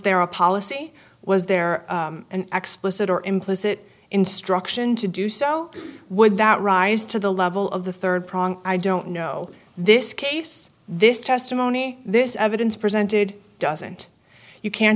there a policy was there an explicit or implicit instruction to do so would that rise to the level of the third prong i don't know this case this testimony this evidence presented doesn't you can